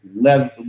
level